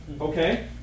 Okay